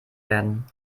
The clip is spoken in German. werden